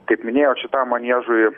kaip minėjau šitam maniežui